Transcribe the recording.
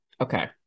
Okay